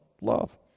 love